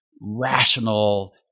rational